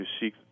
seek